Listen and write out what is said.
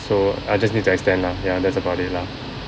so I just need to extend lah ya that's about it lah